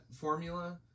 formula